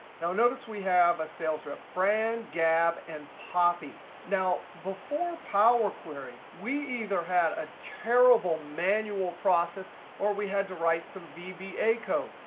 now notice we have a sales rep fran, gab, and poppy. now, before power query we either had a terrible manual process or we had to write some vba code.